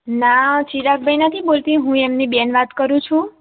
ના ચિરાગ ભાઈ નથી બોલતી હું એમની બેન વાત કરું છું